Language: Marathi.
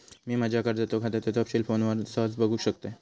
मी माज्या कर्जाच्या खात्याचे तपशील फोनवरना सहज बगुक शकतय